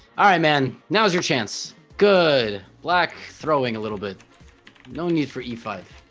all right man now's your chance good black throwing a little bit no need for e five